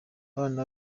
abana